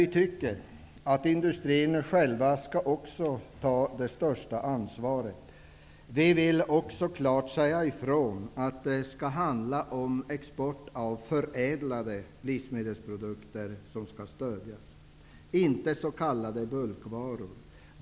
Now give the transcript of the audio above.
Vi tycker att industrin själv skall ta det största ansvaret. Vi vill också klart säga ifrån att det är export av förädlade livsmedelsprodukter som skall stödjas och inte s.k. bulkvaror.